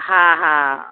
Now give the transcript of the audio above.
हा हा